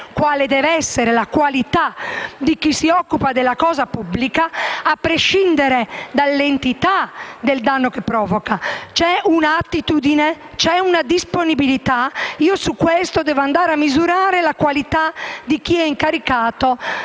quale deve essere la qualità di chi si occupa della cosa pubblica a prescindere dall'entità del danno che provoca. C'è un'attitudine, c'è una disponibilità, ed io su questo devo andare a misurare la qualità di chi è incaricato